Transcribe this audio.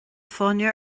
fáinne